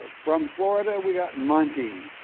ah from florida, we got muntean.